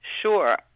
Sure